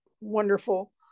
wonderful